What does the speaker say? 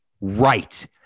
right